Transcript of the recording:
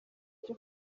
cyo